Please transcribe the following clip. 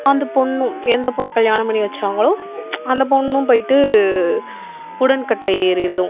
அந்த பொண்ணும் எந்த பொண்ணை கல்யாணம் பண்ணி வைச்சாங்களோ அந்த பொண்ணும் போய்விட்டு உடன்கட்டை ஏறிடணும்